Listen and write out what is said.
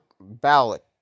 ballot